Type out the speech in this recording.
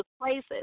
places